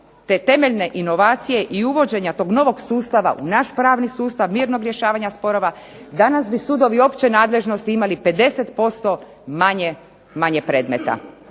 te temeljne inovacije i uvođenja tog novog sustava u naš pravni sustav mirnog rješavanja sporova danas bi sudovi opće nadležnosti imali 50% manje predmeta.